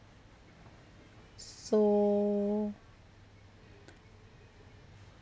so